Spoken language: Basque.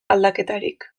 aldaketarik